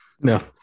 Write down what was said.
No